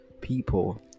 people